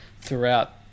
throughout